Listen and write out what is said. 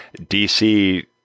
DC